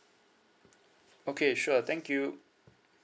okay sure thank you